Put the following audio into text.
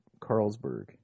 Carlsberg